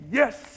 yes